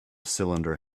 cylinder